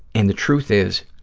and the truth is,